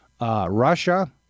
Russia